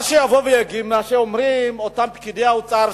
מה שאומרים אותם פקידי האוצר,